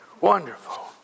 Wonderful